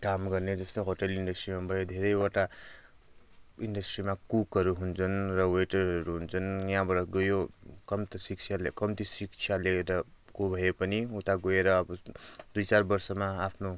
काम गर्ने जस्तो होटेल इन्डस्ट्रीमा भयो धेरैवटा इन्डस्ट्रीमा कुकहरू हुन्छन् र वेटरहरू हुन्छन् यहाँबाट गयो कम्ति शिक्षाले कम्ति शिक्षा लिएको भए पनि उता गएर अब दुई चार बर्षमा आफ्नो